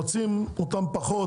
רוצים אותם פחות.